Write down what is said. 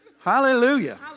Hallelujah